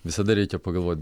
visada reikia pagalvoti